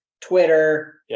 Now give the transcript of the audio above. Twitter